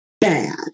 bad